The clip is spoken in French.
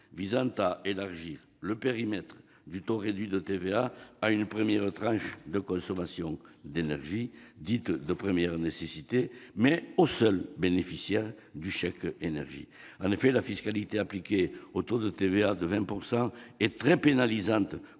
visant à élargir le périmètre du taux réduit de TVA à une première tranche de consommation d'énergie dite de première nécessité, mais pour les seuls bénéficiaires du chèque énergie. En effet, un taux de TVA de 20 % est très pénalisant